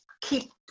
keep